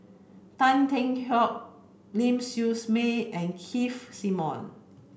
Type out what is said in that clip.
Tan Yeok Seong Ling Siew May and Keith Simmons